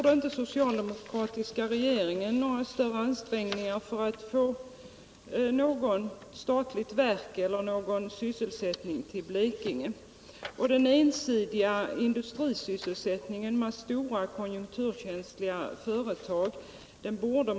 Den socialdemokratiska regeringen gjorde då inte några större ansträngningar för att få något statligt verk eller någon annan sysselsättning till Blekinge.